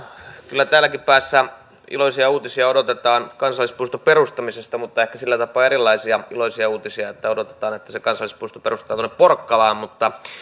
kyllä täälläkin päässä iloisia uutisia odotetaan kansallispuiston perustamisesta mutta ehkä sillä tapaa erilaisia iloisia uutisia että odotetaan että se kansallispuisto perustetaan porkkalaan mutta